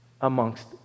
amongst